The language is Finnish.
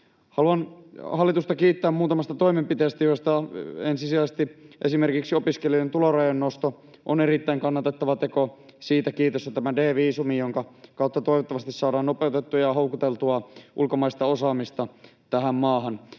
kiittää hallitusta muutamasta toimenpiteestä, joista ensisijaisesti esimerkiksi opiskelijoiden tulorajojen nosto on erittäin kannatettava teko — siitä kiitos — ja tämä D-viisumi, jonka kautta toivottavasti saadaan nopeutettua maahantuloa ja houkuteltua ulkomaista osaamista tähän maahan.